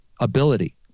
ability